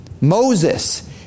Moses